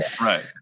Right